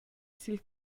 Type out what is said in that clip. sil